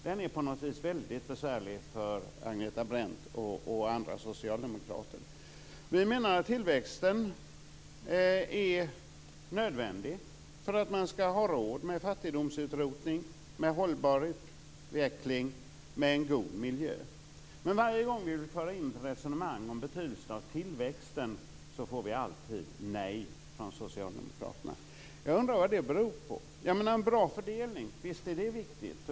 Den är på något vis väldigt besvärlig för Agneta Brendt och andra socialdemokrater. Vi menar att tillväxten är nödvändig för att man skall ha råd med fattigdomsutrotning, med hållbar utveckling och med en god miljö. Men varje gång vi vill föra ett resonemang om betydelsen av tillväxten får vi alltid ett nej från socialdemokraterna. Jag undrar vad det beror på. Visst är en bra fördelning viktig.